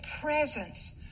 presence